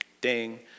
ding